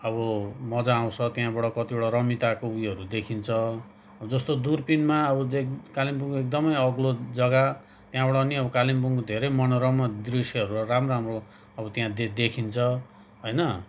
अब मज्जा आउँछ त्यहाँबाट कतिवटा रमिताको उयोहरू देखिन्छ जस्तो दुर्पिनमा अब देक् कालिम्पोङ एकदमै अग्लो जग्गा त्यहाँबाट नि अब कालिम्पोङको धेरै मनोरम दृश्यहरू राम्रो राम्रो अब त्यहाँ दे देखिन्छ होइन